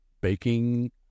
baking